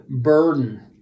burden